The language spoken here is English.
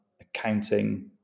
accounting